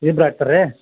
ಇಬ್ರು ಆಗ್ತರೆ